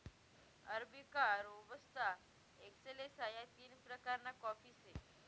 arabica, robusta, excelsa या तीन प्रकारना काफी से